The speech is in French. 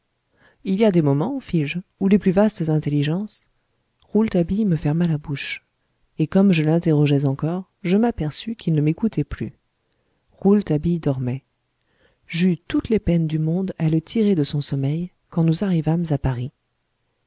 il y a des moments fis-je où les plus vastes intelligences rouletabille me ferma la bouche et comme je l'interrogeais encore je m'aperçus qu'il ne m'écoutait plus rouletabille dormait j'eus toutes les peines du monde à le tirer de son sommeil quand nous arrivâmes à paris